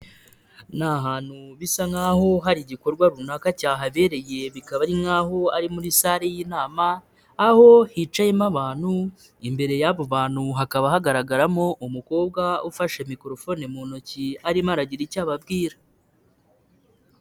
Ni ahantutu bisa nkaho hari igikorwa runaka cyahabereye bikaba ari nkaho, ari muri sale y'inama aho hicayemo abantu, imbere y'abo bantu hakaba hagaragaramo umukobwa ufashe mikorofoni mu ntoki arimo aragira icyo ababwira.